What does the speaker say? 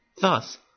Thus